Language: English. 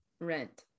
rent